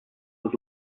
was